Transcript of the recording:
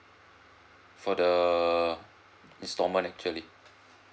for the installment actually